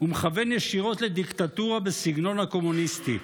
הוא מכוון ישירות לדיקטטורה בסגנון הקומוניסטי.